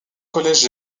collèges